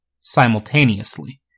simultaneously